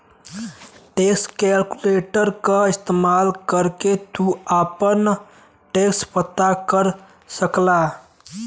tax calculator क इस्तेमाल करके तू आपन टैक्स पता कर सकला